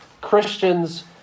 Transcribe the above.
Christians